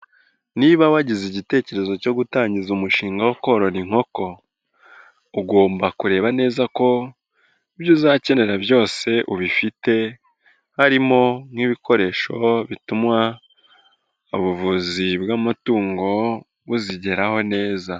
Niba wagize igitekerezo cyo gutangiza umushinga wo korora inkoko, ugomba kureba neza ko ibyo uzakenera byose ubifite, harimo nk'ibikoresho bituma ubuvuzi bw'amatungo buzigeraho neza.